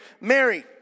Mary